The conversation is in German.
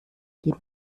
gib